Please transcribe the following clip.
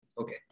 Okay